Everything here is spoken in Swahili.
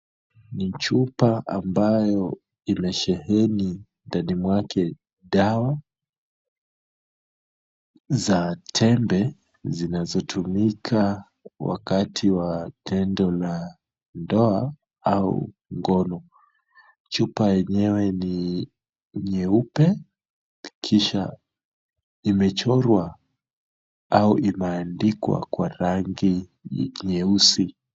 Ni chupa ambayo inasheheni ndani mwake dawa za tembe zinazotumika wakati wa tendo la ndoa au ngono. Chupa yenyewe ni nyeupe kisha imechorwa au imeandikwa kwa rangi nyeusi.